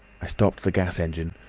i stopped the gas engine,